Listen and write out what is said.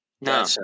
No